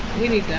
we we